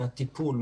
מהטיפול,